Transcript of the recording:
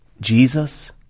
Jesus